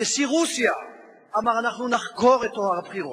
נשיא רוסיה אמר: אנחנו נחקור את טוהר הבחירות.